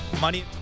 money